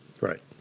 right